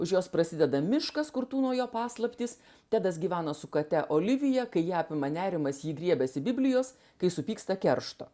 už jos prasideda miškas kur tūno jo paslaptys tedas gyvena su kate olivija kai ji apima nerimas ji griebiasi biblijos kai supyksta keršto